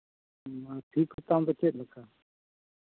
fee ᱠᱚᱛᱟᱢ ᱫᱚ ᱪᱮᱫᱞᱮᱠᱟ